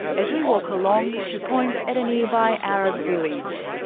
as we walk along she points at nearby arab village.